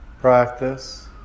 practice